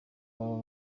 baba